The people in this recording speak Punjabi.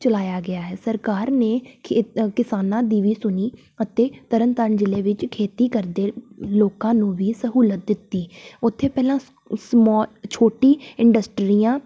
ਚਲਾਇਆ ਗਿਆ ਹੈ ਸਰਕਾਰ ਨੇ ਖੇ ਕਿਸਾਨਾਂ ਦੀ ਵੀ ਸੁਣੀ ਅਤੇ ਤਰਨ ਤਾਰਨ ਜ਼ਿਲ੍ਹੇ ਵਿੱਚ ਖੇਤੀ ਕਰਦੇ ਲੋਕਾਂ ਨੂੰ ਵੀ ਸਹੂਲਤ ਦਿੱਤੀ ਉੱਥੇ ਪਹਿਲਾਂ ਸ ਸਮਾਲ ਛੋਟੀ ਇੰਡਸਟਰੀਆਂ